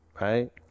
right